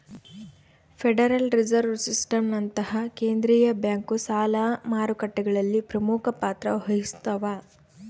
federal reserve ಸಿಸ್ಟಮ್ನಂತಹ ಕೇಂದ್ರೀಯ bank ಸಾಲ ಮಾರುಕಟ್ಟೆಗಳಲ್ಲಿ ಪ್ರಮುಖ ಪಾತ್ರ ವಹಿಸ್ತವ